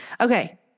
Okay